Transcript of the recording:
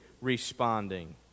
responding